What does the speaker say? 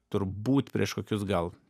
turbūt prieš kokius gal